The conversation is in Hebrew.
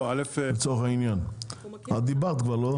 את דיברת כבר.